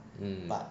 mm